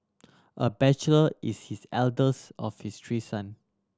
a bachelor is his eldest of his three son